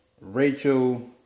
Rachel